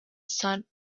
sun